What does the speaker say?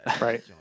Right